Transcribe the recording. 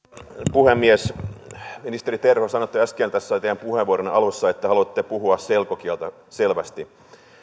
puhemies ministeri terho sanoitte äsken teidän puheenvuoronne alussa että haluatte puhua selkokieltä selvästi